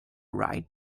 right